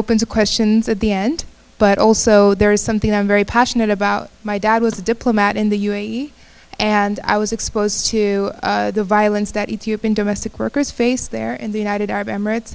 open to questions at the end but also there is something i'm very passionate about my dad was a diplomat in the u a e and i was exposed to the violence that ethiopian domestic workers face there in the united arab emirates